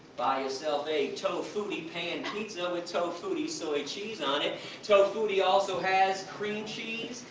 buy yourself a tofutti pan pizza with tofutti soy cheese on it tofutti also has cream cheese,